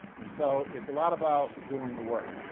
and so it's a lot about doing the work